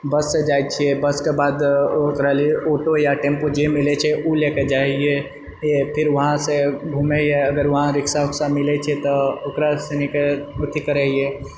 बससे जाइत छिए बसकेँ बाद ओकरा लिए आँटो या टेम्पू जे मिलैत छै ओ लएके जाइए फिर वहाँसँ घुमेऐ अगर वहाँ रिक्शा वुक्सा मिलैत छै तऽ ओकरा सनिके पूर्ति करैए